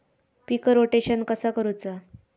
पीक rotation कसा करूचा?